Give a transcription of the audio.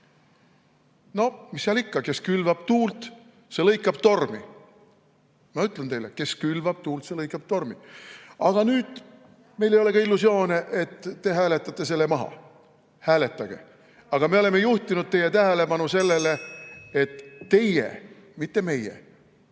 Noh, mis seal ikka. Kes külvab tuult, see lõikab tormi. Ma ütlen teile: kes külvab tuult, see lõikab tormi. Aga nüüd meil ei ole ka illusioone, te hääletate selle maha. Hääletage! Aga me oleme juhtinud teie tähelepanu sellele, et meie peame